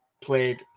played